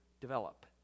develop